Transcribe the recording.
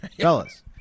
fellas